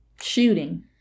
Shooting